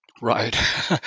Right